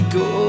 go